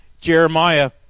Jeremiah